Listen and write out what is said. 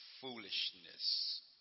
foolishness